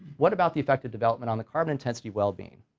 what about the effect of development on the carbon intensity well-being?